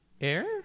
air